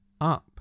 up